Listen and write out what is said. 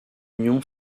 union